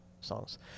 songs